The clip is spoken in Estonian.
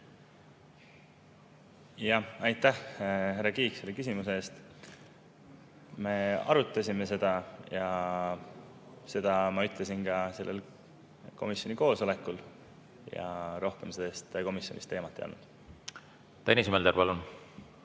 Aitäh, härra Kiik, selle küsimuse eest! Me arutasime seda ja seda ma ütlesin ka sellel komisjoni koosolekul. Rohkem see komisjonis teemaks ei olnud. Tõnis Mölder, palun!